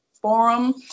forum